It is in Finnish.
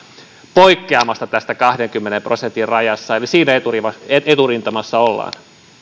poikkeamassa tästä kahdenkymmenen prosentin rajasta eli siinä eturintamassa ollaan